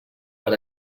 per